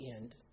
end